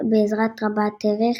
רבת־ערך